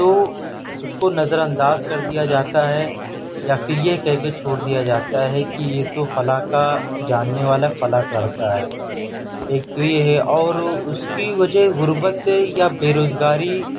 تو اس کو نظرانداز کر دیا جاتا ہے یا پھر یہ کہہ کے چھوڑ دیا جاتا ہے کہ یہ تو فلاں کا جاننے والا فلاں کا لڑکا ہے ایک تو یہ ہے اور اس کی وجہ غربت یا بےروزگاری